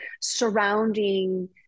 surrounding